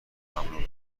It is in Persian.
ممنوع